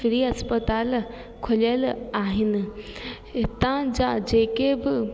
free अस्पताल खुलियल आहिनि हितां जा जेके बि